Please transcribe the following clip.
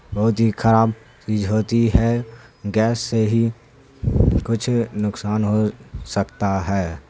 بہت ہی خراب چیز ہوتی ہے گیس سے ہی کچھ نقصان ہو سکتا ہے